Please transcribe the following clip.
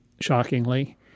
shockingly